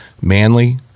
manly